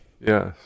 Yes